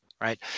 right